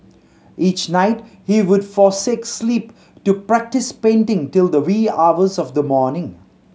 each night he would forsake sleep to practise painting till the wee hours of the morning